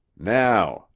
now,